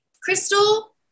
Crystal